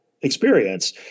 experience